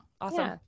awesome